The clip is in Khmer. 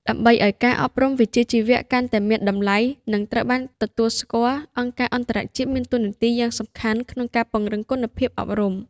ដើម្បីឱ្យការអប់រំវិជ្ជាជីវៈកាន់តែមានតម្លៃ និងត្រូវបានទទួលស្គាល់ អង្គការអន្តរជាតិមានតួនាទីយ៉ាងសំខាន់ក្នុងការពង្រឹងគុណភាពអប់រំ។